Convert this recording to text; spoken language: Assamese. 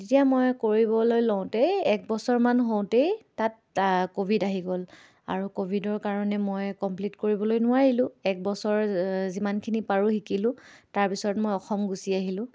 তেতিয়া মই কৰিবলৈ লওঁতেই এক বছৰমান হওঁতেই তাত ক'ভিড আহি গ'ল আৰু ক'ভিডৰ কাৰণে মই কমপ্লিট কৰিবলৈ নোৱাৰিলোঁ এক বছৰ যিমানখিনি পাৰোঁ শিকিলোঁ তাৰপিছত মই অসম গুচি আহিলোঁ